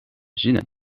zinnen